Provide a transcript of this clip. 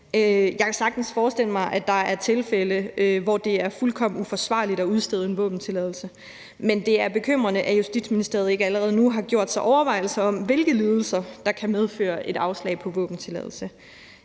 Jeg kan sagtens forestille mig, at der er tilfælde, hvor det er fuldkommen uforsvarligt at udstede en våbentilladelse, men det er bekymrende, at Justitsministeriet ikke allerede nu har gjort sig overvejelser om, hvilke lidelser der kan medføre et afslag på våbentilladelse.